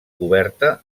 coberta